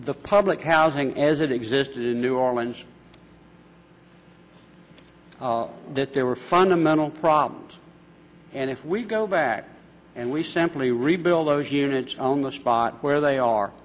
the public housing as it existed in new orleans that there were fundamental problems and if we go back and we simply rebuild those units on the spot where they are